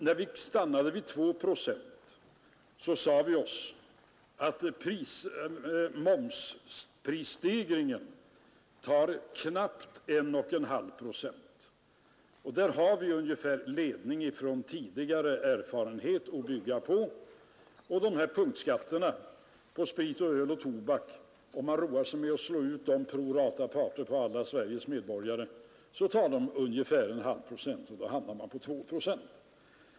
När vi stannade vid siffran 2 procent sade vi oss med ledning från tidigare erfarenheter att höjningen av mervärdeskatten skulle medföra en stegring av konsumentprisindex med knappt 1 1 2 procent. Tillsammans gör detta 2 procent.